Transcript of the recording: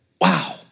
Wow